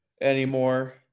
anymore